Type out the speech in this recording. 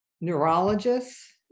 Neurologists